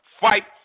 Fight